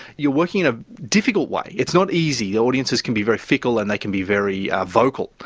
you are working in a difficult way. it's not easy, audiences can be very fickle and they can be very vocal,